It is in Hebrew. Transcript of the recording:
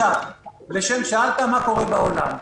עכשיו, שאלת מה קורה בעולם.